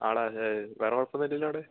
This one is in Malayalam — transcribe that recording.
ആ എടാ വേറെ കുഴപ്പം ഒന്നുമില്ലല്ലോ അവിടെ